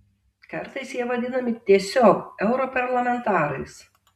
kartais jie vadinami tiesiog europarlamentarais